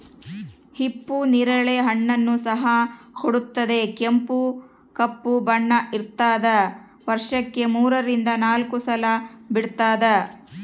ಹಿಪ್ಪು ನೇರಳೆ ಹಣ್ಣನ್ನು ಸಹ ಕೊಡುತ್ತದೆ ಕೆಂಪು ಕಪ್ಪು ಬಣ್ಣ ಇರ್ತಾದ ವರ್ಷಕ್ಕೆ ಮೂರರಿಂದ ನಾಲ್ಕು ಸಲ ಬಿಡ್ತಾದ